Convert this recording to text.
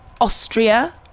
austria